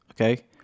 Okay